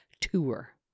tour